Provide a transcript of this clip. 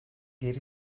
geri